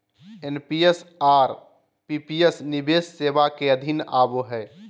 NPS और PPS निवेश सेवा के अधीन आवो हय